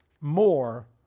more